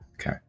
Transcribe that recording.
okay